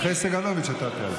אז אחרי סגלוביץ' אתה תעלה.